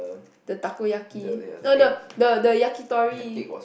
the takoyaki no no no the yakitori